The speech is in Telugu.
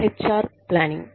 H R planning